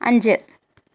അഞ്ച്